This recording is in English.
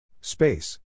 Space